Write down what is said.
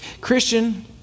Christian